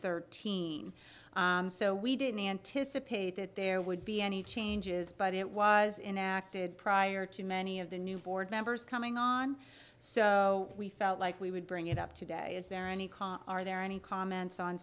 thirteen so we didn't anticipate that there would be any changes but it was in acted prior to many of the new board members coming on so we felt like we would bring it up today is there any car are there any comments on